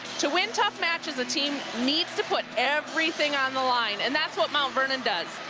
to win tough matches, a team needs to put everything on the line. and that's what mount vernon does.